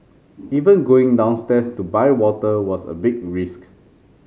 even going downstairs to buy water was a big risk